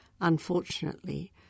Unfortunately